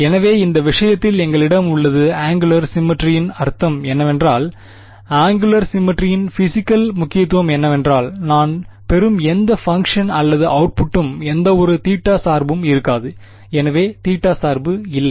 எனவே இந்த விஷயத்தில் எங்களிடம் உள்ளது ஆங்குலார் சிம்மெட்ரியின் அர்த்தம் என்னவென்றால் ஆங்குலார் சிம்மெட்ரியின் பிஸிக்கல் முக்கியத்துவம் என்னவென்றால் நான் பெறும் எந்த பங்க்ஷன் அல்லது அவுட்புட்டும் எந்தவொரு தீட்டா சார்பும் இருக்காது எனவே தீட்டா சார்பு இல்லை